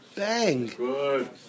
Bang